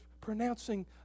pronouncing